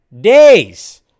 days